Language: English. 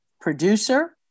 producer